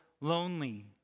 lonely